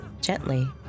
Gently